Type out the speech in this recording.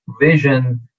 vision